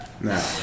No